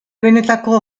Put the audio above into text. benetako